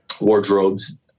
wardrobes